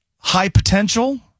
high-potential